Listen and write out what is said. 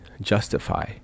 justify